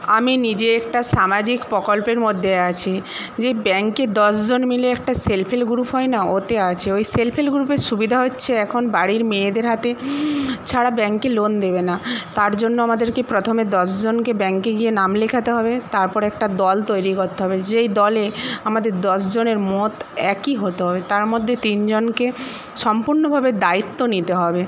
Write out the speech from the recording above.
আমি নিজে একটা সামাজিক প্রকল্পের মধ্যে আছি যে ব্যাঙ্কের দশজন মিলে একটা সেলফ হেল্প গ্রুপ হয় না ওতে আছি ওই সেলফ হেল্প গ্রুপের সুবিধা হচ্ছে এখন বাড়ির মেয়েদের হাতে ছাড়া ব্যাঙ্কে লোন দেবে না তার জন্য আমাদেরকে প্রথমে দশজনকে ব্যাঙ্কে গিয়ে নাম লেখাতে হবে তারপর একটা দল তৈরি করতে হবে যেই দলে আমাদের দশজনের মত একই হতে হবে তার মধ্যে তিনজনকে সম্পূর্ণভাবে দায়িত্ব নিতে হবে